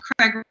Craig